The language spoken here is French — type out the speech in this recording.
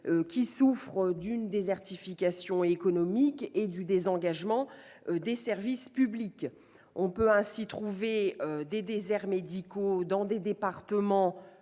qui souffrent d'une désertification économique et du désengagement des services publics. On peut ainsi trouver des déserts médicaux dans des départements-